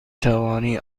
توانی